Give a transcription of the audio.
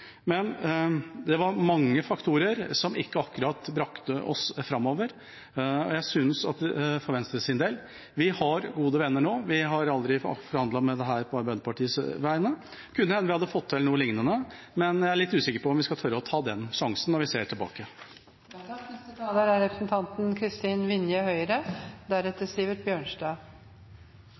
Men det var mange faktorer som ikke akkurat brakte oss framover, for Venstre sin del. Vi har gode venner nå, vi har aldri forhandlet om dette med Arbeiderpartiet. Det kunne hende vi hadde fått til noe lignende, men jeg er litt usikker på om vi skal tørre å ta den sjansen, når vi ser tilbake. Grunnen til at jeg tok ordet, var at både representanten